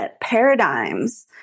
paradigms